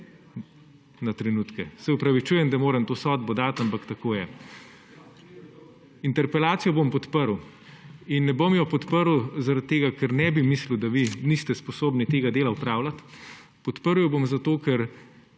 na trenutke. Se opravičujem, da moram to sodbo dati, ampak tako je. Interpelacijo bom podprl in ne bom je podprl zaradi tega, ker bi mislil, da vi niste sposobni tega dela opravljati, podprl jo bom zato, ker